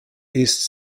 east